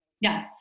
Yes